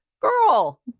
Girl